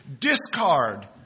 discard